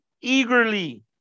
eagerly